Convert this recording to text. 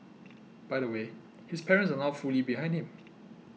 by the way his parents are now fully behind him